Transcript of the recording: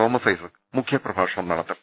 Thomas Isaac മുഖ്യപ്രഭാ ഷണം നടത്തും